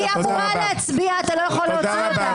היא אמורה להצביע, אתה לא יכול להוציא אותה.